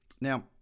Now